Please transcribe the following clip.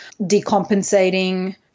decompensating